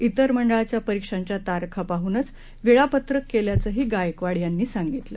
तिर मंडळांच्या परीक्षांच्या तारखा पाहूनच वेळापत्रक केल्याचंही गायकवाड यांनी सांगितलं